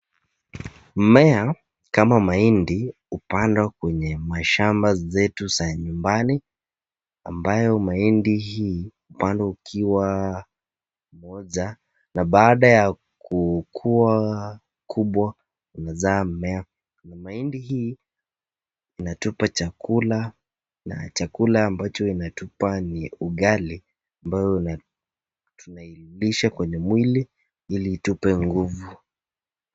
mumea kama mahindi hupandwa kwenye mashamba zetu za nyumbani, ambayo mahindi hii, hupandwa ikiwa moja, na baada ya kukua kubwa, huzaa mumea na mahindi hii hutupa chakula, na chakula ambacho inatupa ni ugali ambayo tunairudisha kwenye mwili ili itupe nguvu.